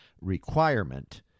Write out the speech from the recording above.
requirement